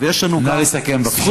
ויש לנו, נא לסכם בבקשה.